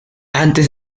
antes